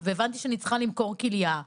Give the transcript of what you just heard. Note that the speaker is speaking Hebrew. למלון אבל גיליתי שאני צריכה למכור כליה.